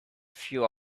few